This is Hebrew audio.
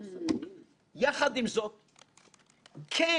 כך שהכול תוקן, עוד לא ראיתי לא מלחמה ולא מבצע